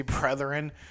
brethren